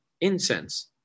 incense